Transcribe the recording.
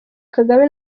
kagame